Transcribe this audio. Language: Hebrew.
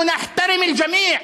אנחנו מכבדים את כולם.